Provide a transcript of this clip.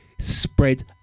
spread